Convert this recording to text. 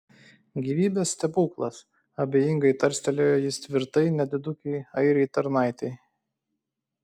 gyvybės stebuklas abejingai tarstelėjo jis tvirtai nedidukei airei tarnaitei